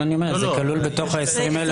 אני אומר שזה כלול בתוך ה-20,000 שנכנסו כתיירים.